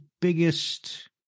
biggest